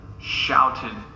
shouted